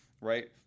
Right